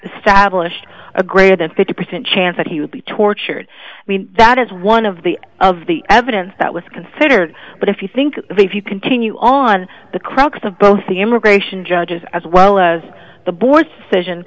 stablished a greater than fifty percent chance that he would be tortured i mean that is one of the of the evidence that was considered but if you think if you continue on the crux of both the immigration judges as well as the board session